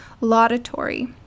laudatory